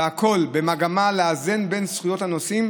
והכול במגמה לאזן בין זכויות הנוסעים